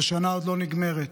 והשנה עוד לא נגמרת,